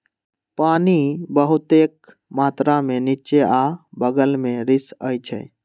पानी बहुतेक मात्रा में निच्चे आ बगल में रिसअई छई